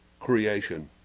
creation